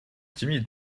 timide